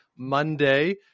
Monday